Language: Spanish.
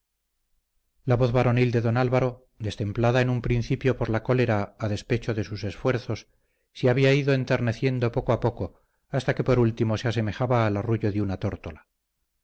la voz varonil de don álvaro destemplada en un principio por la cólera a despecho de sus esfuerzos se había ido enterneciendo poco a poco hasta que por último se asemejaba al arrullo de una tórtola